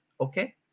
Okay